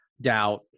Doubt